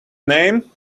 name